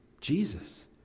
Jesus